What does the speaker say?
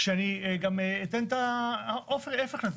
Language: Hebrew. אני אתן את ההפך מזה: